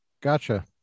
Gotcha